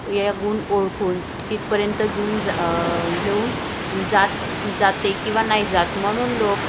या गुण ओळखून तिथपर्यंत घेऊन ज घेऊन जात जाते किंवा नाही जात म्हणून लोक